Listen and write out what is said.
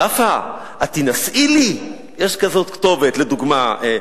"יפה, התינשאי לי?" יש כזאת כתובת, לדוגמה.